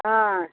आँय